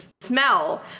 smell